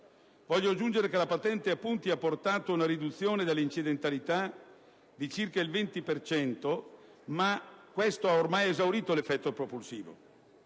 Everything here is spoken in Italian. Voglio aggiungere che la patente a punti ha portato una riduzione dell'incidentalità di circa il 20 per cento ma ha ormai esaurito l'effetto propulsivo: